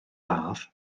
ladd